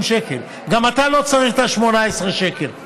גם אתה לא צריך את ה-18 שקל,